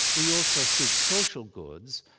we also seek social goods,